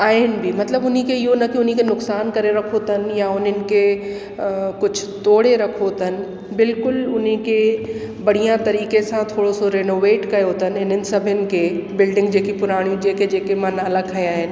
आहिनि बि मतिलबु उन खे इहो न कि उन खे नुक़सान करे रखो अथनि या उन्हनि खे कुझु तोड़े रखो अथनि बिल्कुलु उन खे बढ़िया तरक़े सां थोरो सो रेनोवेट कयो अथनि हिननि सां ॿिनि खे बिल्डिंग जेकी पुराणी जेके जेके मां नाला खयां आहिनि